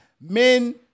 men